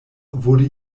wurde